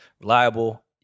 reliable